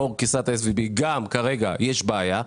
לאור קריסת ה-SVD גם כרגע יש בעיה איתם.